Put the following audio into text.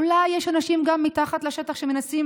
אולי יש אנשים, גם מתחת לפני שטח, שמנסים